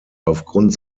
aufgrund